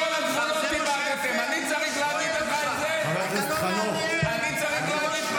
כל פעם שתדבר ככה, אני אדבר על מה שאני רוצה.